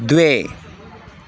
द्वे